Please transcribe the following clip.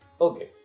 Okay